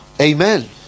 Amen